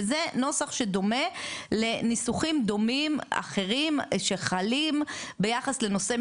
שזה נוסח שדומה לניסוחים דומים אחרים שחלים ביחס לנושאי